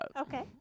Okay